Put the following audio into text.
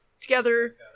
together